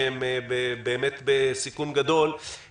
ענף המסעדות וענף האולמות וגני האירועים,